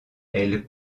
elle